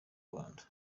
rwanda